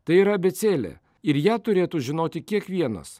tai yra abėcėlė ir ją turėtų žinoti kiekvienas